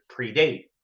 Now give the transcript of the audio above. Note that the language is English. predate